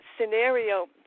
scenario